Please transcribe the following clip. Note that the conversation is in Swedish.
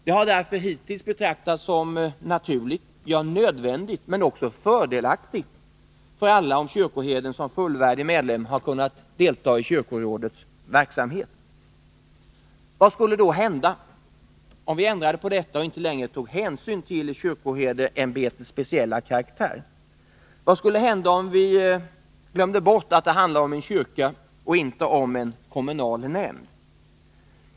Det har därför hittills betraktats som naturligt, ja, nödvändigt, men också fördelaktigt för alla, om kyrkoherden som fullvärdig medlem kunnat delta i kyrkorådets verksamhet. Vad skulle nu hända om vi ändrade på detta och inte längre tog hänsyn till kyrkoherdeämbetets speciella karaktär? Vad skulle hända om vi glömde bort att det handlar om en kyrka och inte om en kommunal nämnd?